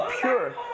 pure